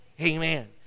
Amen